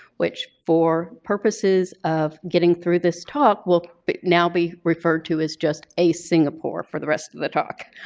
which for purposes of getting through this talk will but now be referred to as just a singapore for the rest of the talk.